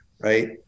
right